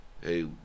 hey